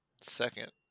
second